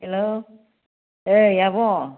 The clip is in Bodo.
हेलौ ओइ आब'